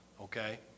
okay